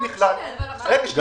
אבל עכשיו תיקנו את זה.